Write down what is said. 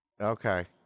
Okay